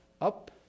up